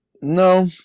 No